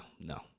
no